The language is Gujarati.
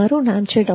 મારું નામ છે ડો